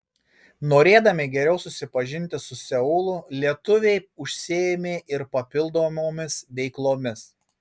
norėdami geriau susipažinti su seulu lietuviai užsiėmė ir papildomomis veiklomis